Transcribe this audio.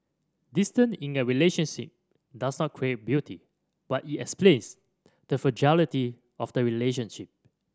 distance in a relationship does not create beauty but it explains the fragility of the relationship